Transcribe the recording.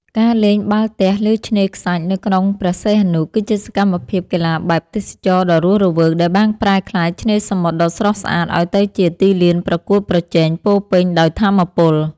ការលេងបាល់ទះលើឆ្នេរខ្សាច់នៅក្រុងព្រះសីហនុ គឺជាសកម្មភាពកីឡាបែបទេសចរណ៍ដ៏រស់រវើក ដែលបានប្រែក្លាយឆ្នេរសមុទ្រដ៏ស្រស់ស្អាតឱ្យទៅជាទីលានប្រកួតប្រជែងពោរពេញដោយថាមពល។